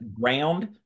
ground